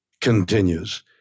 continues